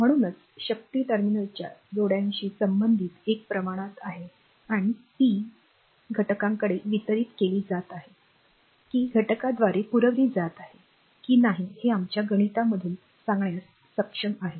म्हणूनच शक्ती टर्मिनलच्या जोड्याशी संबंधित एक प्रमाणात आहे आणि पी किंवा घटकांकडे वितरित केली जात आहे की घटकाद्वारे पुरविली जात आहे की नाही हे आमच्या गणितामधून सांगण्यास सक्षम आहे